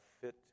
fit